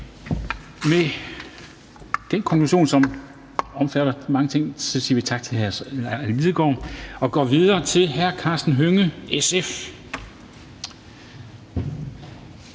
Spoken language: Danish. Med den konklusion, som omfatter mange ting, siger vi tak til hr. Martin Lidegaard. Vi går videre til hr. Karsten Hønge, SF.